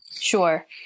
Sure